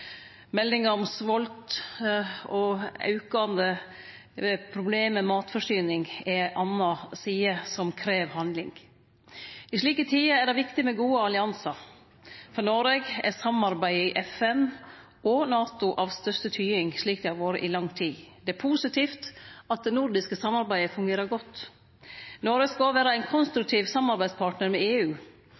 om svolt og aukande problem med matforsyning er ei anna side som krev handling. I slike tider er det viktig med gode alliansar. For Noreg er samarbeidet i FN og NATO av største betyding, slik det har vore i lang tid. Det er positivt at det nordiske samarbeidet fungerer godt. Noreg skal òg vere ein konstruktiv samarbeidspartnar med EU.